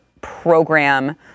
program